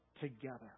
together